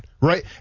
right